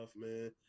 man